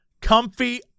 comfy